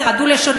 שיטתית.